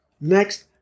Next